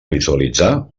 visualitzar